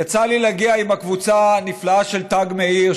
יצא לי להגיע עם הקבוצה הנפלאה של תג מאיר,